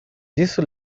isso